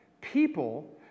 People